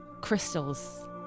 crystals